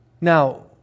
Now